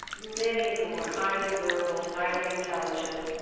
many of whom were highly verbal, highly intelligent,